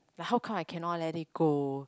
like how come I cannot let it go